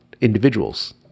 individuals